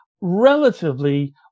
relatively